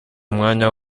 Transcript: mwanya